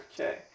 Okay